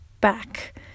back